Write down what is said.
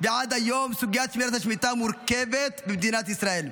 ועד היום סוגיית שמירת השמיטה מורכבת במדינת ישראל,